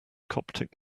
coptic